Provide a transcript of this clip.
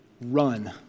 run